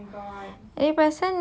ya